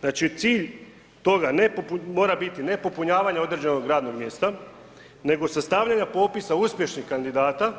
Znači cilj toga ne, mora biti, ne popunjavanje određenog radnog mjesta, nego sastavljanje popisa uspješnih kandidata,